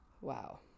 Wow